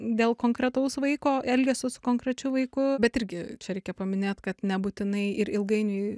dėl konkretaus vaiko elgesio su konkrečiu vaiku bet irgi čia reikia paminėt kad nebūtinai ir ilgainiui